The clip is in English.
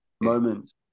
moments